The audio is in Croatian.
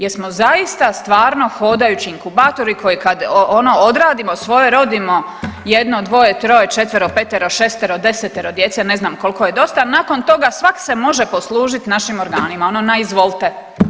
Jesmo zaista stvarno hodajući inkubatori koji kad ono odradimo svoje, rodimo jedno, dvoje, troje, četvero, petero, šestero, desetoro djece ne znam koliko je dosta nakon toga svak se može poslužiti našim organima, ono na izvolite.